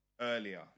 earlier